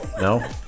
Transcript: No